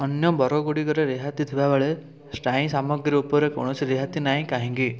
ଅନ୍ୟ ବର୍ଗଗୁଡ଼ିକରେ ରିହାତି ଥିବାବେଳେ ସ୍ଥାୟୀ ସାମଗ୍ରୀ ଉପରେ କୌଣସି ରିହାତି ନାହିଁ କାହିଁକି